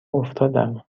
افتادم